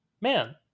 Man